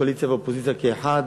קואליציה ואופוזיציה כאחת.